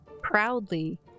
proudly